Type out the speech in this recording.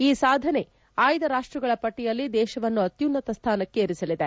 ಈ ಸಾಧನೆ ಆಯ್ದ ರಾಷ್ವಗಳ ಪಟ್ಟಿಯಲ್ಲಿ ದೇಶವನ್ನು ಅತ್ಯುನ್ತತ ಸ್ಣಾನಕ್ಕೇರಿಸಲಿದೆ